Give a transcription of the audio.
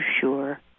sure